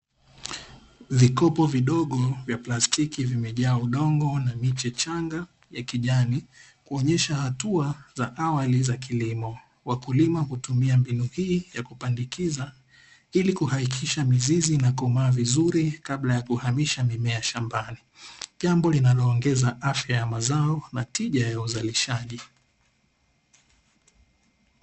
Vikopo vidogo vya plastiki vimejaa udongo na miche changa ya kijani kuonyesha hatua za awali za kilimo, wakulima hutumia mbinu hii ya kupandikiza ili kuhakikisha mizizi inakomaa vizuri kabla ya kuhamisha mimea ya shambani, jambo linaloongeza afya ya mazao na tija ya uzalishaji.